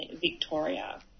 Victoria